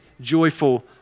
joyful